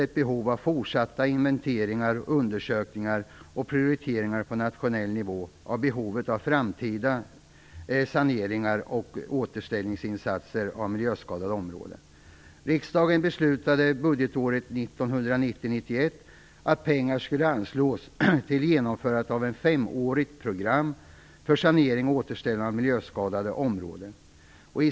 Här behövs fortsatta inventeringar, undersökningar och prioriteringar på nationell nivå av behovet av framtida saneringar och återställningsinsatser för miljöskadade områden.